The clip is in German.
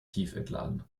tiefentladen